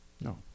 No